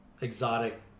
exotic